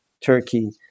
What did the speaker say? Turkey